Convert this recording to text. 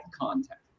content